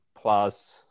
plus